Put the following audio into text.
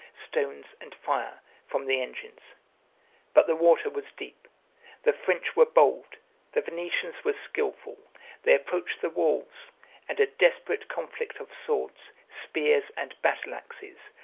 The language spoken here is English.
stones, and fire, from the engines but the water was deep the french were bold the venetians were skilful they approached the walls and a desperate conflict of swords, spears, and battle-axes,